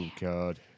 God